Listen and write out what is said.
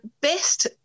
best